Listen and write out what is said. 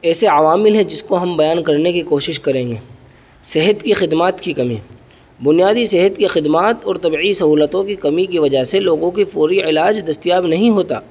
ایسے عوامل ہیں جس کو ہم بیان کرنے کی کوشش کریں گے صحت کی خدمات کی کمی بنیادی صحت کی خدمات اور طبعی سہولتوں کی کمی کی وجہ سے لوگوں کی فوری علاج دستیاب نہیں ہوتا